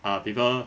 ah people